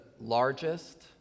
largest